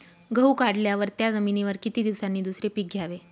गहू काढल्यावर त्या जमिनीवर किती दिवसांनी दुसरे पीक घ्यावे?